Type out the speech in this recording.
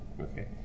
Okay